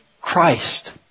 Christ